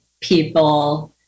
people